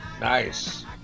Nice